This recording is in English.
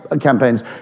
campaigns